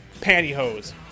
pantyhose